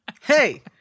Hey